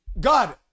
God